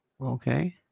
Okay